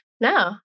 No